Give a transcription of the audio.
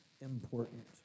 important